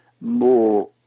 more